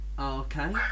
Okay